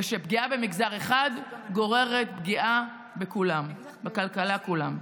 ושפגיעה במגזר אחד גוררת פגיעה בכלכלה של כולם.